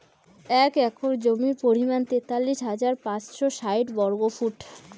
এক একর জমির পরিমাণ তেতাল্লিশ হাজার পাঁচশ ষাইট বর্গফুট